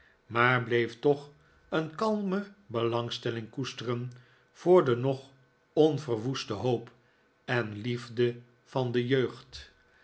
maar bleef toch een kalme belangstelling koesteren voor de nog onverwoeste hoop en liefde van de jeugd